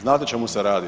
Znate o čemu se radi?